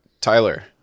Tyler